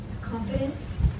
Confidence